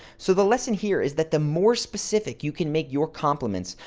so the lesson here is that the more specific you can make your compliments,